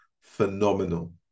phenomenal